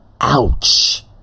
Ouch